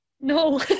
No